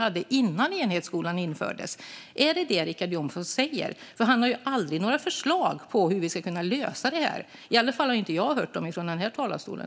Det var det som fanns innan enhetsskolan infördes. Är det vad Richard Jomshof säger? Han har aldrig några förslag på hur detta ska lösas. I alla fall har jag inte hört några förslag från talarstolen.